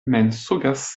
mensogas